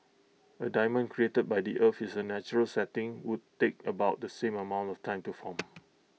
A diamond created by the earth is A natural setting would take about the same amount of time to form